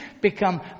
become